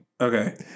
Okay